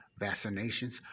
vaccinations